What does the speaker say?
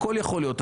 הכול יכול להיות.